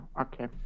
okay